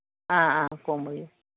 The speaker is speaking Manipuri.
ꯑꯥ ꯑꯥ ꯀꯣꯡꯕꯒꯤ